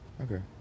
Okay